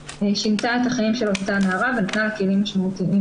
שינתה את החיים של אותה נערה ונתנה לה כלים משמעותיים.